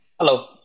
Hello